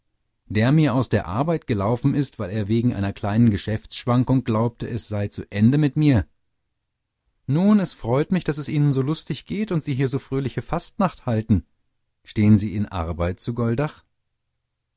der mir aus der arbeit gelaufen ist weil er wegen einer kleinen geschäftsschwankung glaubte es sei zu ende mit mir nun es freut mich daß es ihnen so lustig geht und sie hier so fröhliche fastnacht halten stehen sie in arbeit zu goldach